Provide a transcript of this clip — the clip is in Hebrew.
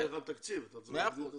אין לך תקציב, אתה צריך להגדיל את התקציב.